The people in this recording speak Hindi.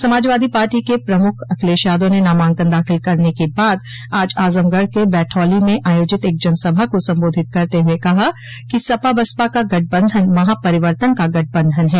समाजवादी पार्टी के प्रमुख अखिलेश यादव ने नामांकन दाख़िल करने के बाद आज आज़मगढ़ के बैठौली में आयोजित एक जनसभा को संबोधित करते हुए कहा कि सपा बसपा का गठबंधन महापरिवर्तन का गठबंधन है